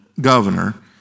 governor